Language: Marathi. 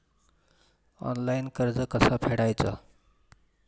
ऑनलाइन कर्ज कसा फेडायचा?